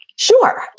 sure.